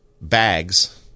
bags